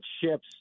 ships